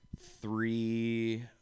three